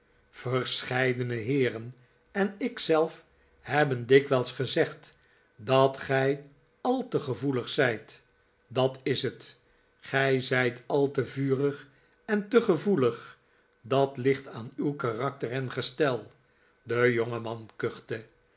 verscheidene heeren en ik zelf hebben dikwijls gezegd cfat gij al te gevoelig zijt dat is het gij zijt al te vurig en te gevoelig dat ligt aan uw karakter en gestel de jongeman